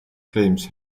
claims